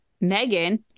Megan